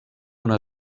una